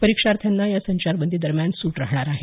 परीक्षाथ्यांना या संचारबंदी दरम्यान सूट राहणार आहे